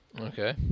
okay